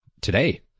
today